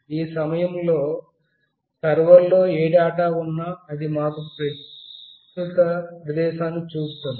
ఈ సమయంలో సర్వర్లో ఏ డేటా ఉన్నా అది మాకు ప్రస్తుత ప్రదేశాన్ని చూపిస్తుంది